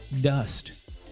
dust